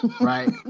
right